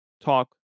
talk